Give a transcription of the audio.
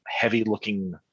heavy-looking